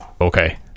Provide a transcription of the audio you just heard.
okay